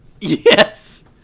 Yes